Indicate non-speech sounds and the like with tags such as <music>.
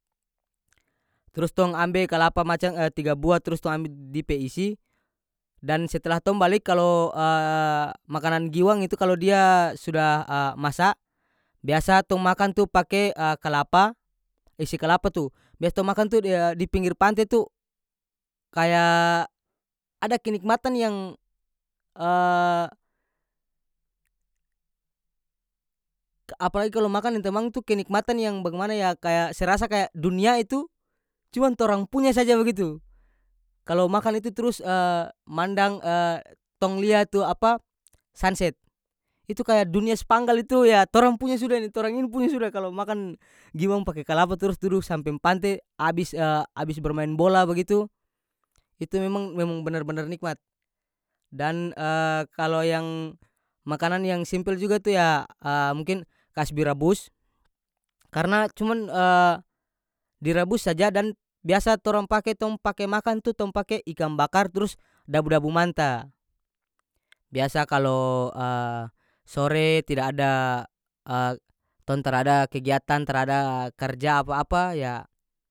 Trus tong ambe kalapa macam <hesitation> tiga buah trus tong ambe d- dia pe isi dan setelah tong bali kalo <hesitation> makanan giwang itu kalo dia sudah <hesitation> masa biasa tong makan tu pake <hesitation> kalapa isi kalapa tu biasa tong makan tu dia- di pinggir pante tu kaya ada kenikmatan yang <hesitation> ka apalagi kalo makang deng tamang tu kenikmatan yang bagimana ya kaya serasa kaya dunia itu cuman torang punya saja bagitu kalo makan itu trus <hesitation> mandang <hesitation> tong lia itu apa sanset itu kaya dunia spanggal itu ya torang punya suda ini torang ini punya suda kalomakan giwang pake kalapa trus-trus samping pante abis <hesitation> abis bermain bola bagitu itu memang- memang benar-benar nikmat dan <hesitation> kalo yang makanan yang simpel juga tu ya <hesitation> mungkin kasbi rabus karena cuman <hesitation> direbus saja dan biasa torang pake tong pake makan tu tong pake ikang bakar trus dabu-dabu manta biasa kalo <hesitation> sore tida ada <hesitation> tong tara ada kegiatan tara ada karja apa-apa ya.